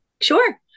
Sure